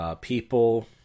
people